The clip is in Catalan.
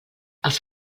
els